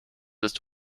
ist